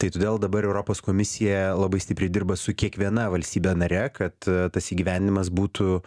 tai todėl dabar europos komisija labai stipriai dirba su kiekviena valstybe nare kad tas įgyvendinimas būtų